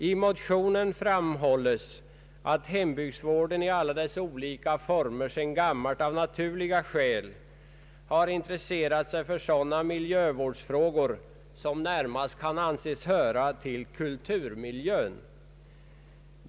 I motionen framhålles att hembygdsvården i alla dess olika former sedan gammalt av naturliga skäl har intresserat sig för sådana miljövårdsfrågor som närmast kan anses höra till vården av kulturmiljön.